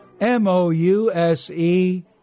M-O-U-S-E